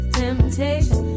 temptation